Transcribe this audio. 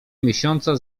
miesiąca